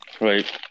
Right